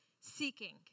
seeking